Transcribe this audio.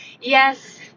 Yes